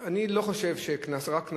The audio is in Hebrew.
מאחר שברור